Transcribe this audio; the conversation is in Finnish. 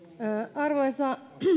arvoisa